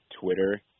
Twitter